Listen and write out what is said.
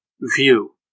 view